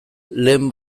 lehen